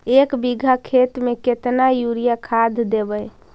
एक बिघा खेत में केतना युरिया खाद देवै?